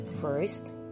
First